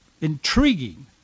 intriguing